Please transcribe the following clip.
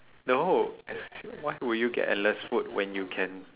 no why would you get endless food when you can